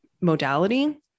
modality